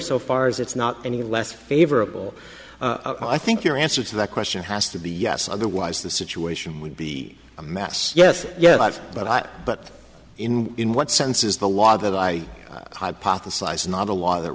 so far as it's not any less favorable i think your answer to that question has to be yes otherwise the situation would be a mess yes yes but but but in in what sense is the law that i hypothesize not a law that